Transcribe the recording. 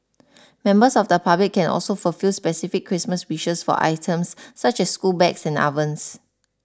members of the public can also fulfil specific Christmas wishes for items such as school bags and ovens